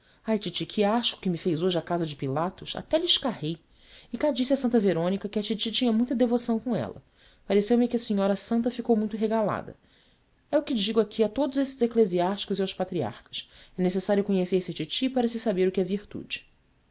titi que asco que me fez hoje a casa de pilatos até lhe escarrei e cá disse à santa verônica que a titi tinha muita devoção com ela pareceu-me que a senhora santa ficou muito regalada e o que eu digo aqui a todos estes eclesiásticos e aos patriarcas é necessário conhecer se a titi para se saber o que é virtude